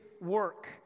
work